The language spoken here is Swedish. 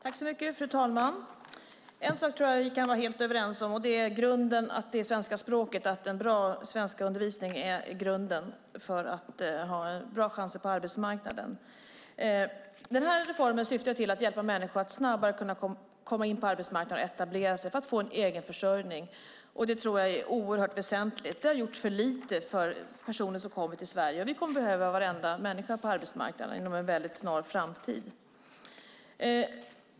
Fru talman! En sak tror jag att vi kan vara helt överens om: En bra undervisning i svenska språket är grunden för bra chanser på arbetsmarknaden. Den här reformen syftar till att hjälpa människor att snabbare komma in på arbetsmarknaden för att kunna etablera sig och få en egen försörjning. Det tror jag är oerhört väsentligt. Det har gjorts för lite för personer som kommer till Sverige, och vi kommer att behöva varenda människa på arbetsmarknaden inom en väldigt snar framtid.